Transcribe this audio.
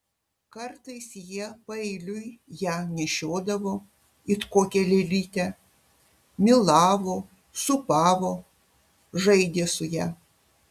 kartais jie paeiliui ją nešiodavo it kokią lėlytę mylavo sūpavo žaidė su ja